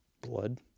blood